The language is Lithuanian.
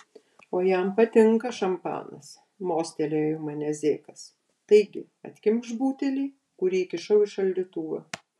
o jam patinka šampanas mostelėjo į mane zekas taigi atkimšk butelį kurį įkišau į šaldytuvą